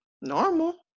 normal